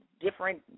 different